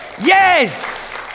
Yes